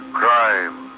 crime